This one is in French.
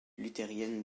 luthérienne